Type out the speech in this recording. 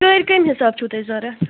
کٔرۍ کٔمہِ حسابہٕ چھُو تۄہہِ ضروٗرت